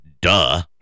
duh